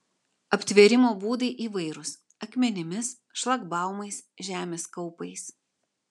aptvėrimo būdai įvairūs akmenimis šlagbaumais žemės kaupais